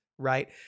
Right